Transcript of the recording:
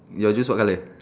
your juice what colour